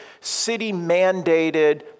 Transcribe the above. city-mandated